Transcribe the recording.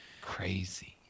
Crazy